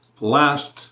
last